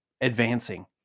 advancing